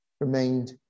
remained